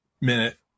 minute